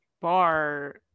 bar